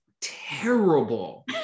terrible